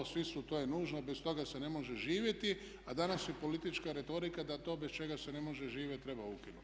Svi su to je nužno, bez toga se ne može živjeti, a danas je politička retorika da to bez čega se ne može živjeti treba ukinuti.